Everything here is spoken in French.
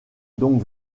donc